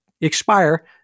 expire